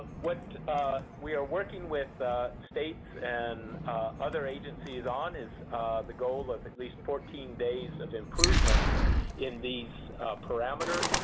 what we are working with states and other agencies on is the goal of at least fourteen days of improvement in these parameters,